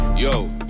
Yo